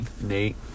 Nate